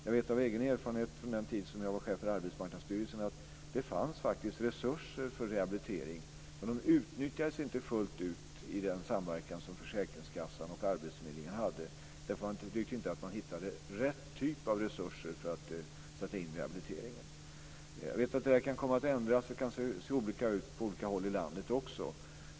Jag vet av egen erfarenhet från den tid jag var chef för Arbetsmarknadsstyrelsen att det faktiskt fanns resurser för rehabilitering, men de utnyttjades inte fullt ut i den samverkan som försäkringskassan och arbetsförmedlingen hade, därför att man inte tyckte att man hittade rätt typ av resurser för att sätta in rehabiliteringen. Jag vet att det kan komma att ändras och att det också kan se olika ut på olika håll i landet.